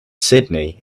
sydney